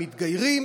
הם מתגיירים,